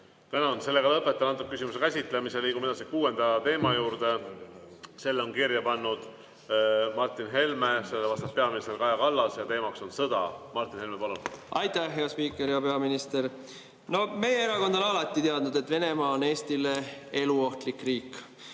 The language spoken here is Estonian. Martin Helme, palun! Liigume kuuenda teema juurde. Selle on kirja pannud Martin Helme, sellele vastab peaminister Kaja Kallas ja teema on sõda. Martin Helme, palun! Aitäh, hea spiiker! Hea peaminister! Meie erakond on alati teadnud, et Venemaa on Eestile eluohtlik riik.